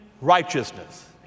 righteousness